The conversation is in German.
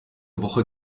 woche